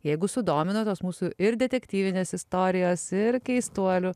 jeigu sudomino tos mūsų ir detektyvinės istorijos ir keistuolių